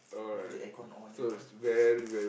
with the aircon on and all